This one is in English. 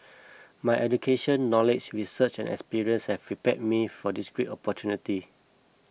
my education knowledge research and experience have prepared me for this great opportunity